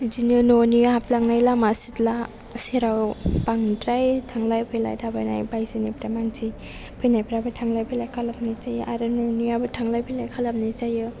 बिदिनो न'नि हाबलांनाय लामा सिथला सेराव बांद्राय थांलाय फैलाय थाबायनाय बायजोनिफ्राय मानसि फैनायफ्राबो थांलाय फैलाय खालामनाय जायो आरो न'निआबो थांलाय फैलाय खालामनाय जायो